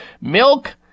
Milk